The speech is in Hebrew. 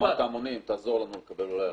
חוכמת ההמונים תעזור לנו אולי לקבל החלטה.